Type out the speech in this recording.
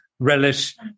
Relish